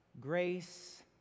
Grace